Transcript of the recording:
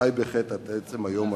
חי בחטא עד עצם היום הזה.